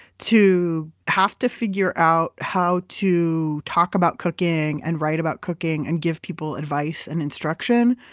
to have to figure out how to talk about cooking and write about cooking and give people advice and instruction.